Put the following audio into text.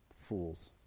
fools